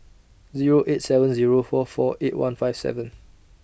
Zero eight seven Zero four four eight one five seven